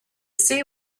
see